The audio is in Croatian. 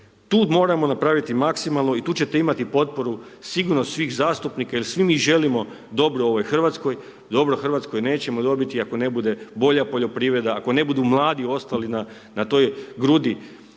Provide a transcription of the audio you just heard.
Tu moramo napraviti maksimalno i tu ćete imati potporu sigurno svih zastupnika jer svi mi želimo dobro ovoj Hrvatskoj, dobro Hrvatskoj nećemo dobiti ako ne bude bolja poljoprivreda, ako ne budu mladi ostali na toj grudi